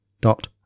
dot